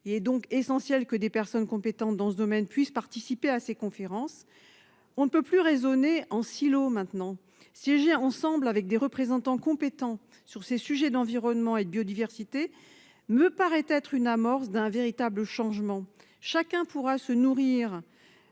Il est donc essentiel que des personnes compétentes dans ce domaine puissent participer à ces conférences. On ne peut plus raisonner en silos maintenant siéger ensemble avec des représentants compétents sur ces sujets d'environnement et de biodiversité, me paraît être une amorce d'un véritable changement, chacun pourra se nourrir